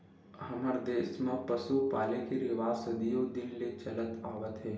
हमर देस म पसु पाले के रिवाज सदियो दिन ले चलत आवत हे